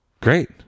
Great